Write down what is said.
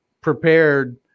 prepared